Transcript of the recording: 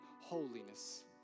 holiness